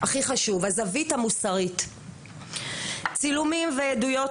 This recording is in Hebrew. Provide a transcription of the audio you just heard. אני פותחת את ישיבת ועדת החינוך,